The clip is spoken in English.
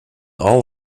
all